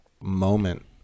moment